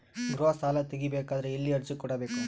ಗೃಹ ಸಾಲಾ ತಗಿ ಬೇಕಾದರ ಎಲ್ಲಿ ಅರ್ಜಿ ಕೊಡಬೇಕು?